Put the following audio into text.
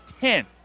ten